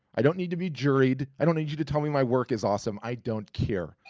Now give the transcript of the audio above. i don't need to be juried, i don't need you to tell me my work is awesome, i don't care.